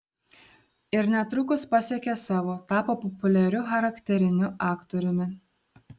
ir netrukus pasiekė savo tapo populiariu charakteriniu aktoriumi